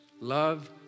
Love